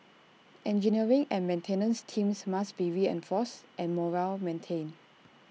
engineering and maintenance teams must be reinforced and morale maintained